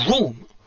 room